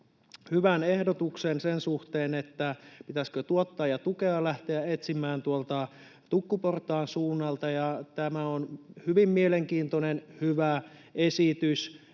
hyvän ehdotuksen sen suhteen, pitäisikö tuottajatukea lähteä etsimään tuolta tukkuportaan suunnalta. Tämä on hyvin mielenkiintoinen, hyvä esitys.